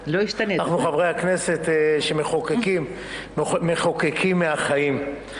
אנחנו חברי הכנסת שמחוקקים מחוקקים מהחיים.